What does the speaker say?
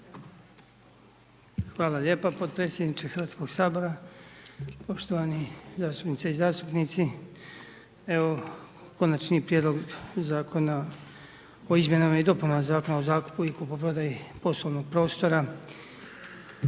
Hvala lijepo potpredsjedniče Hrvatskog sabora. Poštovani zastupnice i zastupnici. Evo Konačni prijedlog zakona o izmjenama i dopunama Zakona o zakupu i kupoprodaji poslovnog prostora.